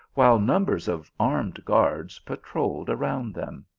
while numbers of armed guards patrolled. around them.